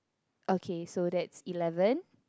okay so that's eleven